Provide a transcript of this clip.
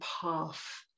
path